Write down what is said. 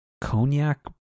cognac